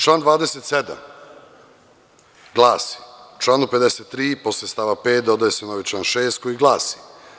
Član 27. glasi – članu 53. posle stava 5. dodaje se novi član 6. koji glasi.